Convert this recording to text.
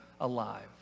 alive